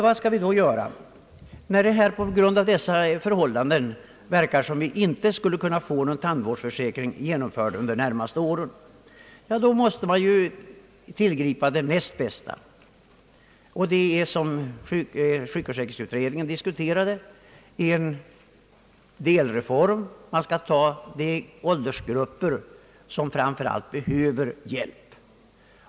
Vad skall vi då göra när det nu verkar som om någon tandvårdsförsäkring inte skulle kunna genomföras under de närmaste åren. Då måste man ju tillgripa det näst bästa, och det blir, som sjukförsäkringsutredningen diskuterat, en delreform. Det gäller att hjälpa de åldersgrupper som framför allt behöver hjälp.